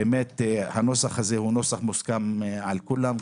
הנוסח הזה מוסכם על כולם,